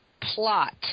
plot